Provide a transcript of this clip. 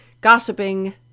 gossiping